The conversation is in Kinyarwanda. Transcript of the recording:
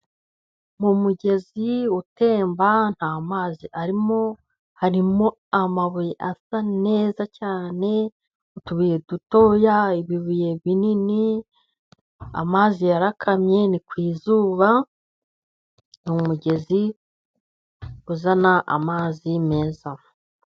Mu mugezi utemba nta mazi arimo harimo amabuye asa neza cyane . Utubuye duto ya , ibibuye binini , amazi yarakamye ni ku izuba ni umugezi uzana amazi meza.